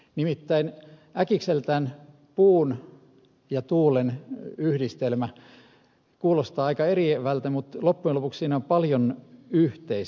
nimittäin äkikseltään puun ja tuulen yhdistelmä kuulostaa aika eriävältä mutta loppujen lopuksi siinä on paljon yhteistä